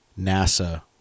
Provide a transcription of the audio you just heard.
NASA